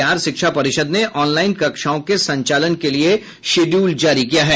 बिहार शिक्षा परिषद ने ऑनलाइन कक्षाओं के संचालन के लिए शिड्यूल जारी किया है